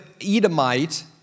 Edomite